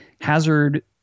Hazard